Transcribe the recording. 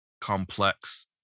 complex